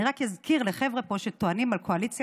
אני רק אזכיר לחבר'ה פה שטוענים על קואליציה